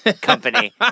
company